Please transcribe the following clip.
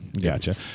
gotcha